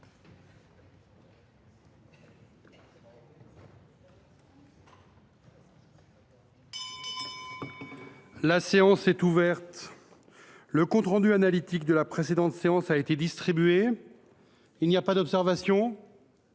La séance est ouverte. Le compte rendu analytique de la précédente séance a été distribué. Il n’y a pas d’observation ?…